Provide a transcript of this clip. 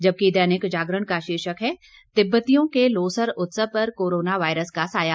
जबकि दैनिक जागरण का र्शीर्षक है तिब्बतियों के लोसर उत्सव पर कोरोना वायरस का साया